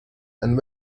and